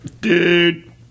Dude